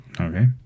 Okay